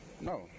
No